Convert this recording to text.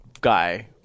Guy